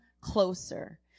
closer